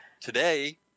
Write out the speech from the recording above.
Today